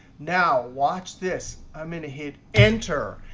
now watch this. i'm going to hit enter.